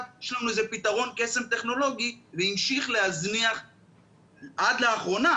שיש לנו איזה פתרון קסם טכנולוגי והמשיך להזניח עד לאחרונה,